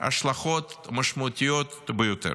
השלכות משמעותיות ביותר.